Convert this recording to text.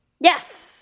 Yes